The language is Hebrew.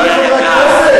חברי חברי הכנסת,